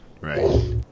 Right